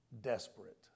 desperate